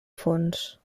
fons